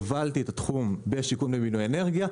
הובלתי את התחום בשיכון ובינוי אנרגיה.